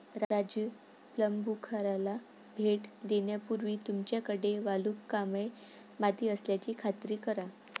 राजू प्लंबूखाराला भेट देण्यापूर्वी तुमच्याकडे वालुकामय माती असल्याची खात्री करा